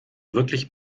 wirklich